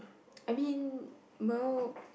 I mean well